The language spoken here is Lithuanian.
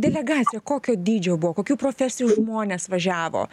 delegacija kokio dydžio buvo kokių profesijų žmonės važiavo